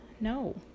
No